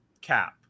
cap